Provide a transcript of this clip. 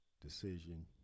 decision